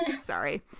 sorry